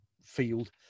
field